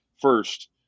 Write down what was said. first